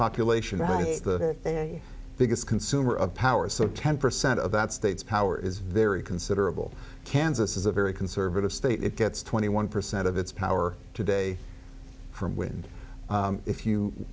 population of the biggest consumer of power so ten percent of that state's power is very considerable kansas is a very conservative state it gets twenty one percent of its power today from wind if you